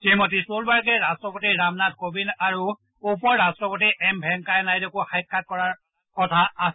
শ্ৰীমতী ছলবাৰ্গে ৰাট্টপতি ৰামনাথ কোবিন্দ আৰু উপ ৰাষ্ট্ৰপতি এম ভেংকায়া নাইডুকো সাক্ষাৎ কৰাৰ কথা আছে